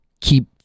keep